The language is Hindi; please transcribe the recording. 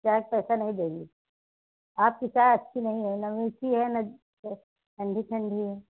चाय का पैसा नहीं देंगे आपकी चाय अच्छी नहीं है ना मीठी है ना ठंडी ठंडी है